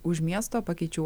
už miesto pakeičiau